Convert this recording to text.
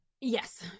Yes